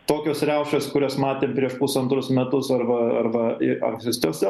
tokios riaušės kurias matėm prieš pusantrus metus arba arba ir ankstesniuose